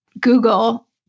Google